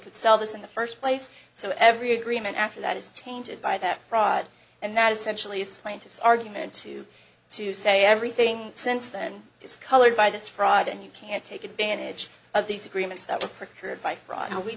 could sell this in the first place so every agreement after that is tainted by that fraud and that essentially is plaintiff's argument to to say everything since then is colored by this fraud and you can't take advantage of these agreements that were